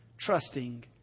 trusting